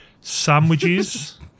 sandwiches